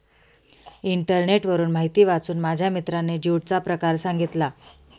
इंटरनेटवरून माहिती वाचून माझ्या मित्राने ज्यूटचा प्रकार सांगितला